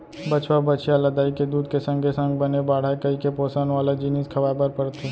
बछवा, बछिया ल दाई के दूद के संगे संग बने बाढ़य कइके पोसन वाला जिनिस खवाए बर परथे